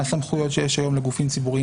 הסמכויות שיש היום לגופים ציבוריים